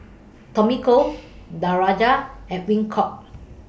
Tommy Koh Danaraj and Edwin Koek